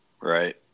Right